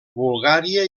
bulgària